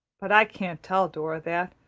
but i can't tell dora that,